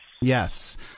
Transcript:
Yes